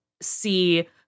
see